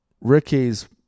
Ricky's